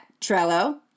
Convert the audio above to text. Trello